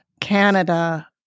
Canada